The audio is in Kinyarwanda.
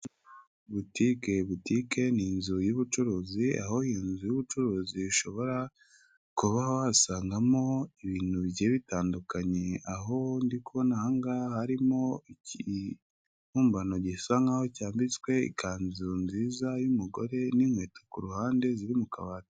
Butike, butike ni inzu y'ubucuruzi, aho iyo nzu y'ubucuruzi ishobora kuba wasangamo ibintu bigiye bitandukanye, aho ndi kubona ahangaha harimo ikibumbano gisa nkaho cyambitswe ikanzu nziza y'umugore n'inkweto ku ruhande ziri mu kabati.